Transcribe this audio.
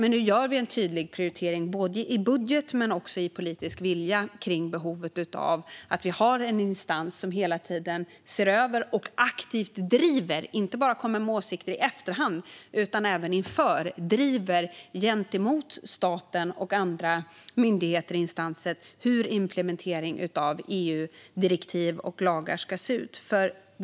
Nu gör vi en tydlig prioritering både i budget och i politisk vilja kring behovet av en instans som inte bara kommer med åsikter i efterhand utan även hela tiden ser över och aktivt driver gentemot staten och andra myndigheter och instanser hur implementeringen av EU-direktiv och lagar ska se ut.